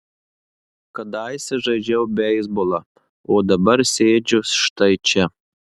kadaise žaidžiau beisbolą o dabar sėdžiu štai čia